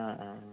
ആ ആ ആ